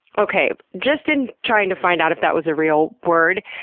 okay, just in trying to find out if that was a real word,